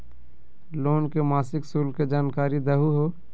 Loan के मासिक शुल्क के जानकारी दहु हो?